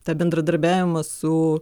tą bendradarbiavimą su